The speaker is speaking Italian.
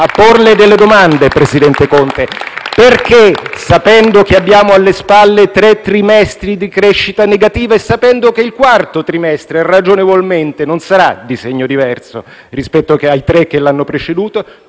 a porle delle domande, presidente Conte. *(Applausi dal Gruppo FI-BP).* Sapendo che abbiamo alle spalle tre trimestri di crescita negativa, e sapendo che il quarto trimestre ragionevolmente non sarà di segno diverso rispetto ai tre che l'hanno preceduto,